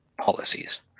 policies